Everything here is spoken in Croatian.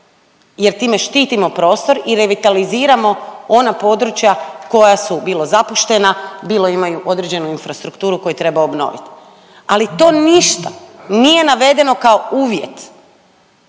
jer time štitimo prostor i revitaliziramo ona područja koja su bilo zapuštena, bilo imaju određenu infrastrukturu koju treba obnoviti. Ali to ništa nije navedeno kao uvjet